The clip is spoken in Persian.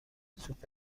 سوپ